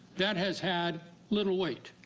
that has had little weight.